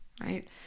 right